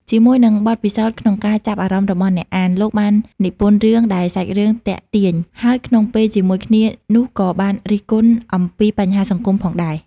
ជាមួយនឹងបទពិសោធន៍ក្នុងការចាប់អារម្មណ៍របស់អ្នកអាន លោកបាននិពន្ធរឿងដែល សាច់រឿងទាក់ទាញ ហើយក្នុងពេលជាមួយគ្នានោះក៏បានរិះគន់អំពីបញ្ហាសង្គមផងដែរ។